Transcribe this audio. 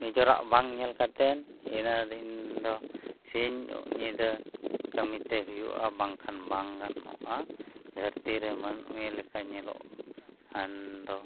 ᱱᱤᱡᱮᱨᱟᱜ ᱵᱟᱝ ᱧᱮᱞ ᱠᱟᱛᱮᱫ ᱤᱱᱟᱹᱫᱤᱱ ᱫᱚ ᱥᱤᱧᱼᱧᱤᱫᱟᱹ ᱠᱟᱹᱢᱤᱛᱮ ᱦᱩᱭᱩᱜᱼᱟ ᱵᱟᱝᱠᱷᱟᱱ ᱵᱟᱝ ᱜᱟᱱᱚᱜᱼᱟ ᱫᱷᱟᱹᱨᱛᱤᱨᱮ ᱢᱟᱱᱢᱤ ᱞᱮᱠᱟ ᱧᱮᱞᱚᱜ ᱠᱷᱟᱱ ᱫᱚ